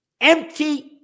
Empty